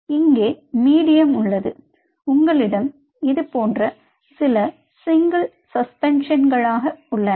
எனவே இங்கே மீடியம் உள்ளது உங்களிடம் இது போன்ற சில சிங்கிள் சஸ்பென்ஸன்களாக உள்ளன